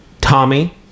tommy